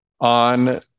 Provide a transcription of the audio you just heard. on